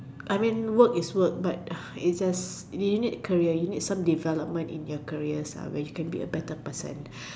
I mean work is work but is just you need career you need some development in your career where you can be a better person